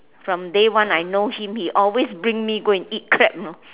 from day one I know him he always go and bring me go and eat crab know